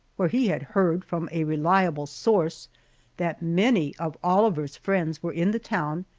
where he had heard from a reliable source that many of oliver's friends were in the town,